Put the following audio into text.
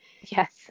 Yes